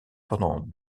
pendant